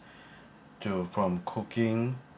to from cooking